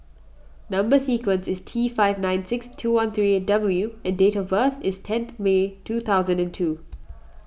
Number Sequence is T five nine six two one three eight W and date of birth is tenth May two thousand and two